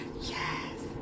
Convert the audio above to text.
Yes